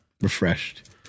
refreshed